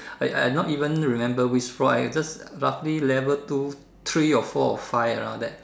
I I not even remember which floor I just roughly level two three or four or five around there